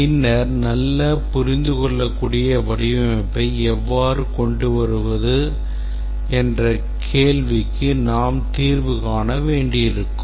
பின்னர் நல்ல புரிந்துகொள்ளக்கூடிய வடிவமைப்பை எவ்வாறு கொண்டு வருவது என்ற கேள்விக்கு நாம் தீர்வு காண வேண்டியிருக்கும்